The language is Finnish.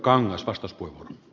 arvoisa puhemies